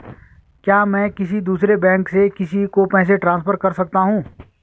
क्या मैं किसी दूसरे बैंक से किसी को पैसे ट्रांसफर कर सकता हूँ?